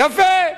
יפה.